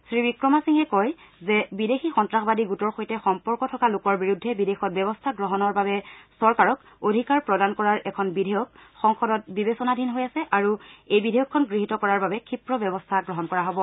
শ্ৰীৱিক্ৰমাসিংঘে কয় যে বিদেশী সন্তাসবাদী গোটৰ সৈতে সম্পৰ্ক থকা লোকৰ বিৰুদ্ধে বিদেশত ব্যৱস্থা গ্ৰহণৰ বাবে চৰকাৰক অধিকাৰ প্ৰদান কৰাৰ এখন বিধেয়ক সংসদত বিবেচনাধীন হৈ আছে আৰু এই বিধেয়কখন গৃহীত কৰাৰ বাবে ক্ষীপ্ৰ ব্যৱস্থা গ্ৰহণ কৰা হ'ব